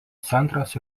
centras